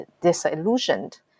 disillusioned